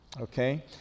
okay